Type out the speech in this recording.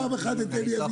פעם אחת את אלי